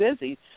busy